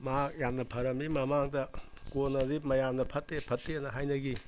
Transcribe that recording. ꯃꯍꯥꯛ ꯌꯥꯝꯅ ꯐꯔꯝꯃꯤ ꯃꯃꯥꯡꯗ ꯀꯣꯟꯅꯗꯤ ꯃꯌꯥꯝꯅ ꯐꯠꯇꯦ ꯐꯠꯇꯦꯅ ꯍꯥꯏꯅꯒꯤ